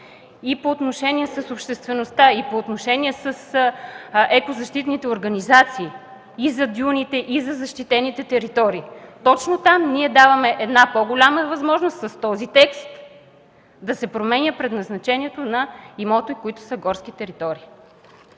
и по отношение с обществеността, и по отношение с екозащитните организации – и за дюните, и за защитените територии, точно там с този текст даваме по-голяма възможност да се променя предназначението на имоти, които са горски територии.